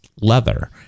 leather